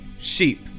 sheep